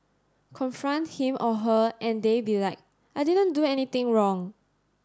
confront him or her and they be like I didn't do anything wrong